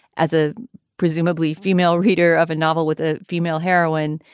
as a presumably female reader of a novel with a female heroine,